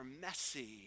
messy